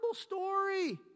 story